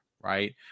right